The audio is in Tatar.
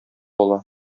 ала